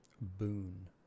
boon